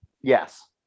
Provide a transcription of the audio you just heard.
yes